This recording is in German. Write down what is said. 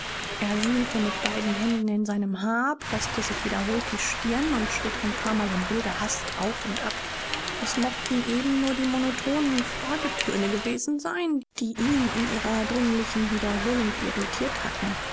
er wühlte mit beiden händen in seinem haar preßte sich wiederholt die stirn und schritt ein paarmal in wilder hast auf und ab es mochten eben nur die monotonen fragetöne gewesen sein die ihn in ihrer dringlichen wiederholung irritiert hatten